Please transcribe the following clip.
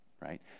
right